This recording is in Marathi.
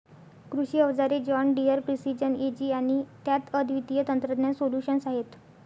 कृषी अवजारे जॉन डियर प्रिसिजन एजी आणि त्यात अद्वितीय तंत्रज्ञान सोल्यूशन्स आहेत